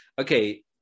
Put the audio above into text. okay